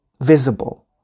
visible